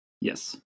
Yes